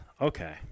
Okay